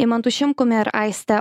eimantu šimkumi ir aiste